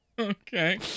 Okay